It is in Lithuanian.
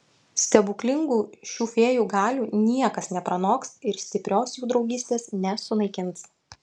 stebuklingų šių fėjų galių niekas nepranoks ir stiprios jų draugystės nesunaikins